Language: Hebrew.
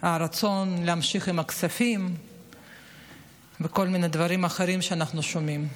על הרצון להמשיך עם הכספים וכל מיני דברים אחרים שאנחנו שומעים עליהם.